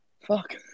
Fuck